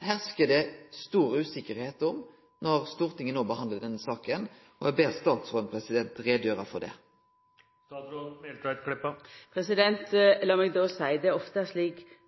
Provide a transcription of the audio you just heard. herskar det stor usikkerheit om når Stortinget no behandlar denne saka, og eg ber statsråden gjere greie for det. Lat meg då seia at det er ofte slik